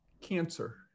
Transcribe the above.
cancer